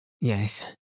Yes